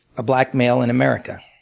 a black male in america.